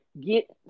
get